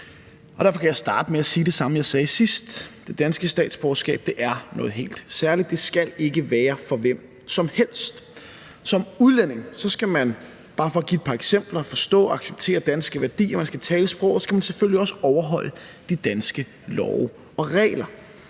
Derfor kan jeg starte med at sige det samme, jeg sagde sidst. Det danske statsborgerskab er noget helt særligt. Det skal ikke være for hvem som helst. Som udlænding skal man, bare for at give et par eksempler, forstå og acceptere danske værdier, og man skal tale sproget, og så skal man selvfølgelig også overholde de danske love og regler.